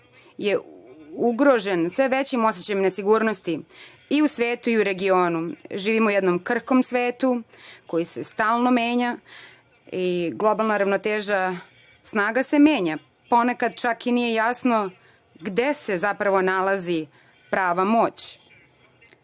je ugrožen sve većim osećajem nesigurnosti i u svetu i u regionu. Živimo u jednom krhkom svetu koji se stalo menja i globalna ravnoteža snaga se menja. Ponekad čak i nije jasno gde se zapravo nalazi prava moć